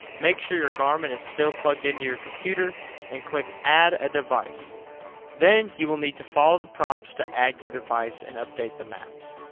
make sure your garmin is still plugged in to your computer and click add a device then, you will need to follow the prompts to add your device and update the maps